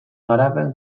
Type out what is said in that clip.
garapen